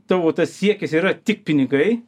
tavo tas siekis yra tik pinigai